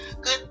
good